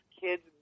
kids